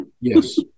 yes